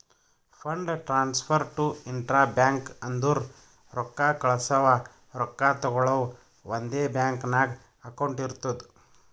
fund transfer to intra bank ಅಂದುರ್ ರೊಕ್ಕಾ ಕಳ್ಸವಾ ರೊಕ್ಕಾ ತಗೊಳವ್ ಒಂದೇ ಬ್ಯಾಂಕ್ ನಾಗ್ ಅಕೌಂಟ್ ಇರ್ತುದ್